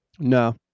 No